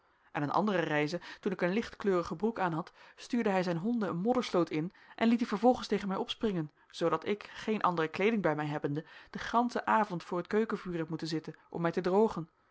en een andere reize toen ik een lichtkleurige broek aanhad stuurde hij zijn honden een moddersloot in en liet die vervolgens tegen mij opspringen zoodat ik geen andere kleding bij mij hebbende den gansenen avond voor het keukenvuur heb moeten zitten om mij te drogen